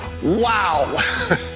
Wow